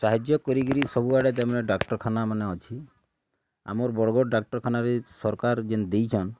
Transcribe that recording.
ସାହାଯ୍ୟ କରିକିରି ସବୁଆଡ଼େ ତ ଏବେ ଡ଼ାକ୍ଟରଖାନାମାନେ ଅଛି ଆମର୍ ବରଗଡ଼୍ ଡ଼ାକ୍ଟରଖାନାରେ ସରକାର୍ ଯେନ୍ ଦେଇଛନ୍